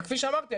וכפי שאמרתי,